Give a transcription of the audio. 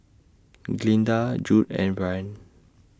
Glynda Judd and Brynn